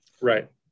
Right